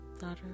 daughter